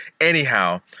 Anyhow